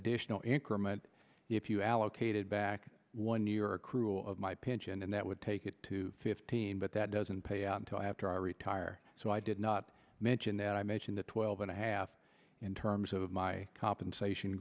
additional increment if you allocated back one year accrual of my pension and that would take it to fifteen but that doesn't pay to after i retire so i did not mention that i mentioned the twelve and a half in terms of my compensation